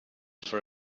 for